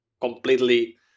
completely